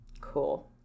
Cool